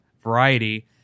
variety